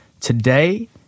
Today